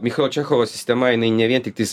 michalo čechovo sistema jinai ne vien tiktais